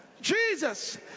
Jesus